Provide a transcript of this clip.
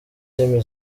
ndimi